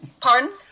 pardon